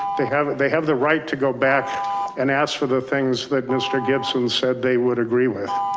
they have it. they have the right to go back and ask for the things that mr. gibson said they would agree with.